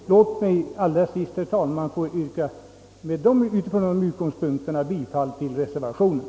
Till sist herr talman ber jag att få yrka bifall till reservation I av herr Erik Jansson m.fl.